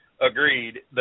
agreed